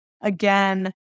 again